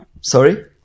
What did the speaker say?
Sorry